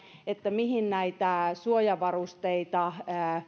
mihin näitä suojavarusteita